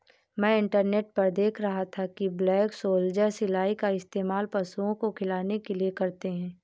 मैं इंटरनेट पर देख रहा था कि ब्लैक सोल्जर सिलाई का इस्तेमाल पशुओं को खिलाने के लिए करते हैं